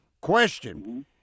Question